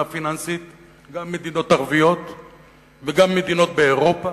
פיננסית וגם מדינות ערביות וגם מדינות באירופה,